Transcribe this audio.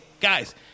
guys